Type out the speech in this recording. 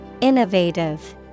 Innovative